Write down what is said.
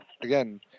again